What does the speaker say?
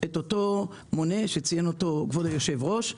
את המונה שציין כבוד היושב-ראש.